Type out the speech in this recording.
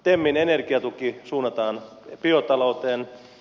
temin energiatuki suunnataan biotalouteen